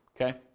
Okay